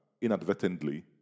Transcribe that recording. inadvertently